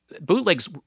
Bootlegs